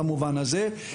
במובן הזה,